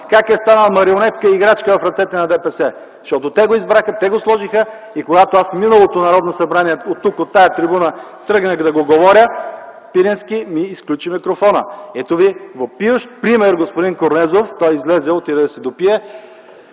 как е станал марионетка и играчка в ръцете на ДПС. Защото те го избраха, те го сложиха. И когато аз в миналото Народно събрание оттук, от тази трибуна, тръгнах да го говоря, Пирински ми изключи микрофона. Ето ви въпиющ пример, господин Корнезов. Той излезе. Отиде да си допие.